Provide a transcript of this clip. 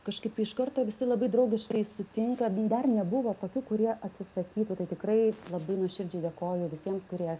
kažkaip iš karto visi labai draugiškai sutinka dar nebuvo tokių kurie atsisakytų tai tikrai labai nuoširdžiai dėkoju visiems kurie